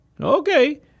Okay